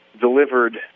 delivered